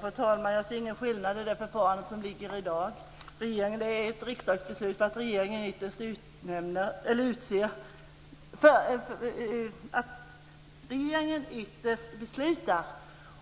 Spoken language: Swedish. Fru talman! Jag ser ingen skillnad mellan detta och det förfarande som finns i dag. Det finns ett riksdagsbeslut om att regeringen ytterst beslutar,